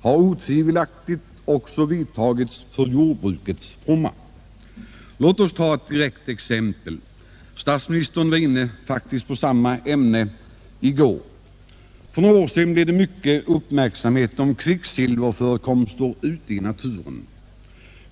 har otvivelaktigt också vidtagits till jordbrukets fromma. Låt mig ta ett direkt exempel. Statsministern var faktiskt inne på samma ämne i går. För några år sedan rönte kvicksilverförekomster ute i naturen stor uppmärksamhet.